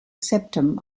septum